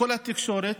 וכל התקשורת,